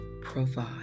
provide